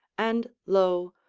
and lo,